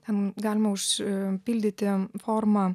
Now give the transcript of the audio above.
ten galima užpildyti formą